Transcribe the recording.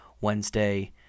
Wednesday